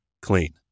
clean